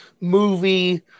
movie